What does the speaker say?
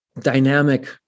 dynamic